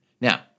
Now